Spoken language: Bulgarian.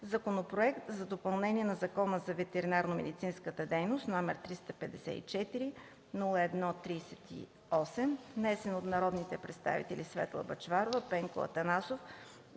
Законопроект за допълнение на Закона за ветеринарномедицинската дейност, № 354-01-38, внесен от народните представители Светла Бъчварова, Пенко Атанасов